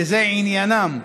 שזה עניינם.